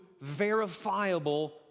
verifiable